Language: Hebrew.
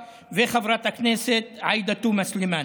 חבר הכנסת זחאלקה וחברת הכנסת עאידה תומא סלימאן,